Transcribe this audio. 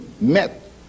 met